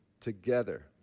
together